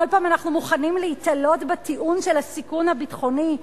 כל פעם אנחנו מוכנים להיתלות בטיעון של הסיכון הביטחוני?